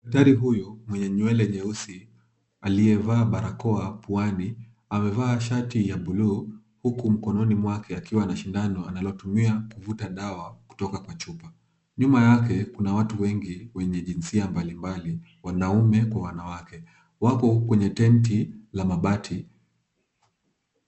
Daktari huyu, mwenye nywele nyeusi aliyevaa barakoa puani, amevaa shati ya bluu huku mkononi mwake akiwa na shindano analotumia kuvuta dawa kutoka kwa chupa. Nyuma yake, kuna watu wengi wenye jinsia mbalimbali, wanaume kwa wanawake, wako kwenye tenti la mabati.